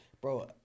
bro